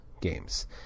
games